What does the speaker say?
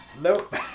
Nope